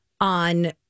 on